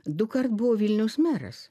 dukart buvo vilniaus meras